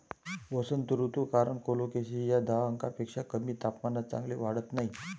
वसंत ऋतू कारण कोलोकेसिया दहा अंशांपेक्षा कमी तापमानात चांगले वाढत नाही